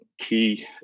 key